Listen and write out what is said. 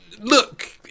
Look